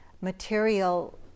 material